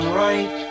right